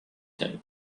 him